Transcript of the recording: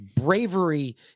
Bravery